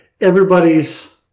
everybody's